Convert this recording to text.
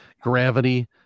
gravity